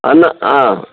అన్న